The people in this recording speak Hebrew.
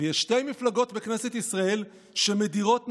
ויש שתי מפלגות בכנסת ישראל שמדירות נשים.